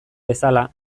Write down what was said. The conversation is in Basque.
bezala